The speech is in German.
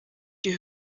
die